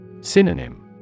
Synonym